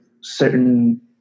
certain